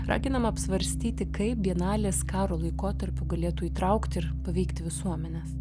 raginama apsvarstyti kaip bienalės karo laikotarpiu galėtų įtraukti ir paveikti visuomenes